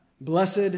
Blessed